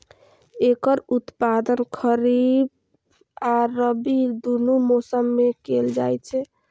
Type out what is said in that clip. एकर उत्पादन खरीफ आ रबी, दुनू मौसम मे कैल जाइ छै